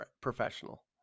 professional